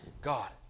God